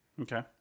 Okay